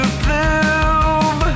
bloom